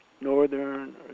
northern